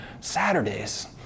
Saturdays